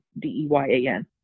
D-E-Y-A-N